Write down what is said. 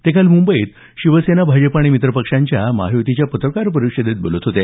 ते काल मुंबईत शिवसेना भाजप आणि मित्रपक्षांच्या महायुतीच्या पत्रकार परिषदेत बोलत होते